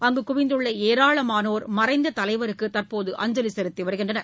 அங்கு குவிந்துள்ள ஏராளமானோர் மறைந்த தலைவருக்கு தற்போது அஞ்சலி செலுத்தி வருகின்றன்